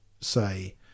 say